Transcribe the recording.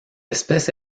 espèce